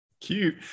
Cute